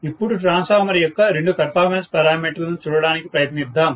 ఇప్పుడు ట్రాన్స్ఫార్మర్ యొక్క రెండు పెరఫార్మెన్స్ పెరామీటర్లను చూడటానికి ప్రయత్నిద్దాం